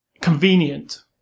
convenient